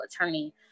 attorney